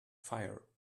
fire